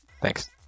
Thanks